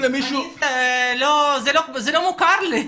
זה לא מוכר לי.